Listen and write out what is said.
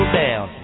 down